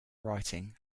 writing